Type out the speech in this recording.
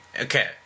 Okay